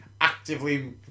actively